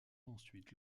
ensuite